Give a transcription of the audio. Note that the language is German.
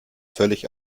völlig